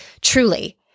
truly